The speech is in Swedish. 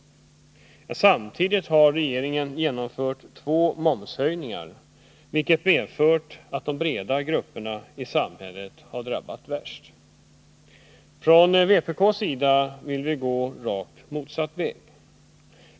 Samtidigt har regeringen genomfört två momshöjningar, vilket medfört att de breda lagren i samhället har drabbats värst. Från vpk:s sida vill vi gå rakt motsatt väg.